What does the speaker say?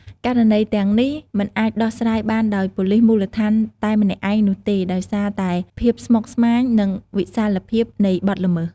ករណីទាំងនេះមិនអាចដោះស្រាយបានដោយប៉ូលិសមូលដ្ឋានតែម្នាក់ឯងនោះទេ ដោយសារតែភាពស្មុគស្មាញ និងវិសាលភាពនៃបទល្មើស។